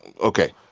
okay